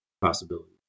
possibility